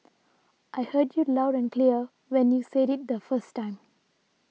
I heard you loud and clear when you said it the first time